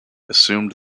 assumed